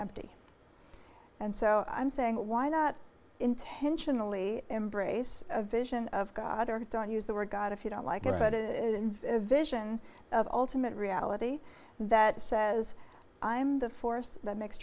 empty and so i'm saying why not intentionally embrace a vision of god don't use the word god if you don't like it but it in a vision of ultimate reality that says i am the force that m